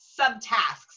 subtasks